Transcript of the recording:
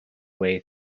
way